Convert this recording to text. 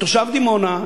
הוא תושב דימונה,